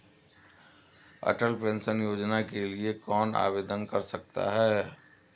अटल pension Yojana के लिए कौन आवेदन कर सकता है?